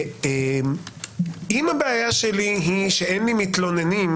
אם הבעיה היא שאין מתלוננים,